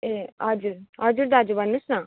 ए हजुर हजुर दाजु भन्नुहोस् न